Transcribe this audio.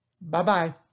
Bye-bye